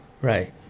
Right